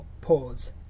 pause